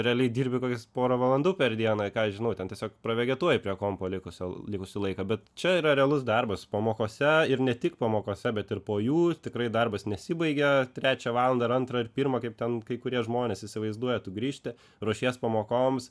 realiai dirbi kokias porą valandų per dieną ką žinau ten tiesiog vegetuoji prie kompo likusią likusį laiką bet čia yra realus darbas pamokose ir ne tik pamokose bet ir po jų tikrai darbas nesibaigia trečią valandą ir antrą ir pirma kaip ten kai kurie žmonės įsivaizduoja tu grįžti ruošies pamokoms